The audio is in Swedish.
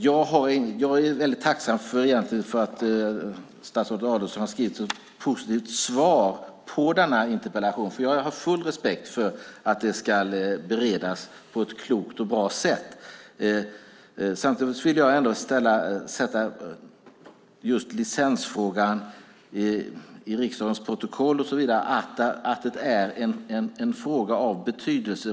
Jag är väldigt tacksam för att statsrådet Adelsohn har skrivit ett positivt svar på denna interpellation. Jag har full respekt för att det ska beredas på ett klokt och bra sätt. Samtidigt vill jag få in just licensfrågan i riksdagens protokoll. Det är en fråga av betydelse.